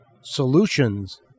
solutions